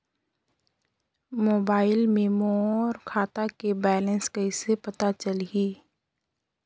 Mobile मे मोर खाता के बैलेंस कइसे पता चलही?